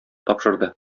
тапшырды